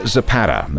Zapata